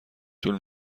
طول